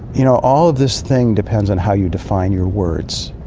you know, all of this thing depends on how you define your words.